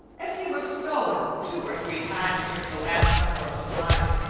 as he was stolen two or three times during the last summer of his life.